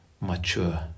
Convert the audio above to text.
mature